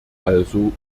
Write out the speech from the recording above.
also